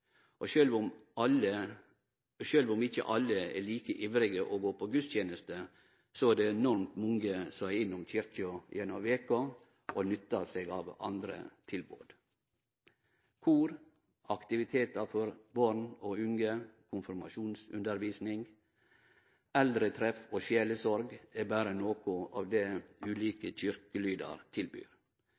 Sjølv om ikkje alle er like ivrige til å gå på gudstenester, er det enormt mange som er innom kyrkja gjennom veka og nyttar seg av andre tilbod. Kor, aktivitetar for barn og unge, konfirmasjonsundervisning, eldretreff og sjelesorg er berre noko av det ulike kyrkjelydar tilbyr.